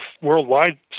worldwide